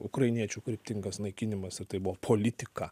ukrainiečių kryptingas naikinimas ir tai buvo politika